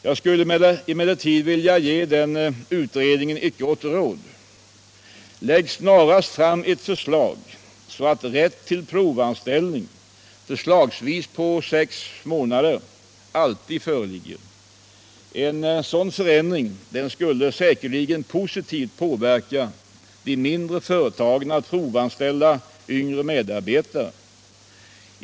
Jag skulle emellertid vilja ge den utredningen ett gott råd: Lägg snarast fram ett förslag så att rätt till provanställning, förslagsvis under maximalt sex månader, alltid föreligger! En sådan förändring skulle säkerligen positivt påverka de mindre företagen att provanställa yngre medarbetare.